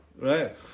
right